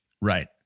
Right